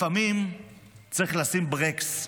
לפעמים צריך לשים ברקס ולהגיד: